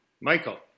Michael